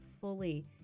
fully